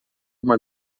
uma